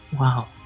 wow